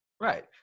right